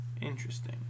Interesting